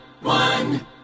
One